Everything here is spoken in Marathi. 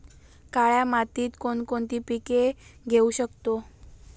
काळ्या मातीत कोणकोणती पिके घेऊ शकतो?